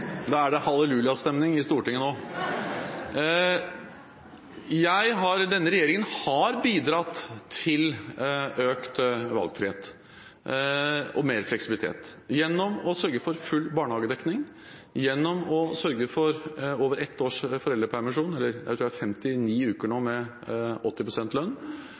Da er det hallelujastemning i Stortinget nå! Denne regjeringen har bidratt til økt valgfrihet og mer fleksibilitet gjennom å sørge for full barnehagedekning, gjennom å sørge for over ett års foreldrepermisjon – jeg tror den nå er på 59 uker med 80 pst. lønn